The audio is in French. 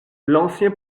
l’ancien